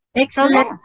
Excellent